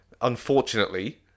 Unfortunately